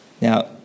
Now